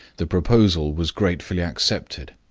the proposal was gratefully accepted,